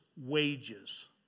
wages